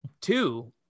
two